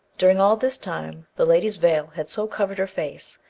during all this time the lady's veil had so covered her face,